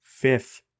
Fifth